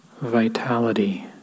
vitality